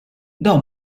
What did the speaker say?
dawn